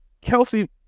Kelsey